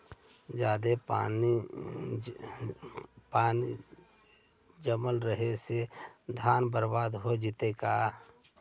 जादे पानी जमल रहे से धान बर्बाद हो जितै का?